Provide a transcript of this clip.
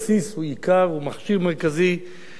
הוא מכשיר מרכזי לחברה.